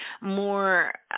more